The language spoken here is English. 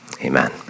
Amen